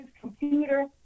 computer